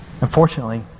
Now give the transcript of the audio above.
Unfortunately